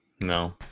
no